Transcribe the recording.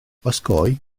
osgoi